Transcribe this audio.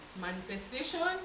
Manifestation